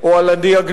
או על הדיאגנוזה,